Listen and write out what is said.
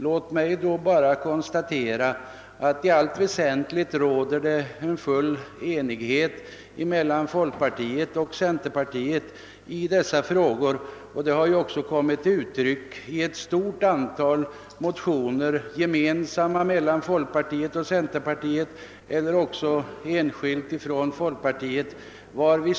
Låt mig då bara konstatera att i allt väsentligt råder full enighet mellan folkpartiet och centerpartiet i dessa frågor. Vår ståndpunkt har kommit till uttryck i ett stort antal motioner antingen från folkpartiet och centerpartiet gemensamt eller från folkpartiet ensamt.